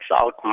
out